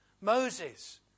Moses